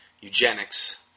Eugenics